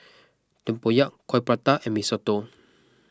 Tempoyak Coin Prata and Mee Soto